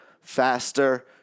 faster